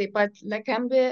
taip pat la kambe